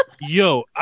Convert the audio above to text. yo